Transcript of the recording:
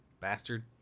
Bastard